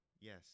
Yes